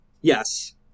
Yes